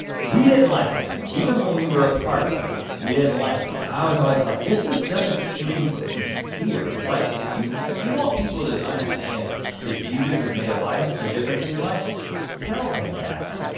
we didn't like that even when we were a part of it we didn't like it. i was always like, this just doesn't seem sincere. it's like if you if you want people to understand that jesus has made a life a difference in your life tell them that.